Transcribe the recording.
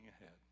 ahead